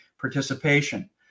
participation